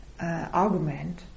argument